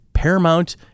Paramount